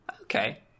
Okay